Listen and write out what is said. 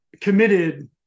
committed